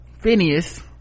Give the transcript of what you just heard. phineas